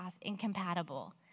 incompatible